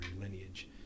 lineage